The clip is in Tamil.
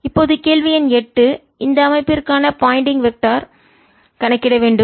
இப்போது கேள்வி எண் 8 இந்த அமைப்பிற்கான பாயிண்டிங் வெக்டர் திசையன் கணக்கிட வேண்டும்